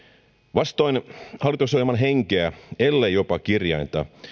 vastoin hallitusohjelman henkeä ellei jopa kirjainta